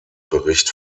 bericht